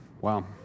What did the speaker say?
Wow